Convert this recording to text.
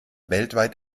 weltweit